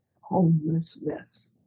homelessness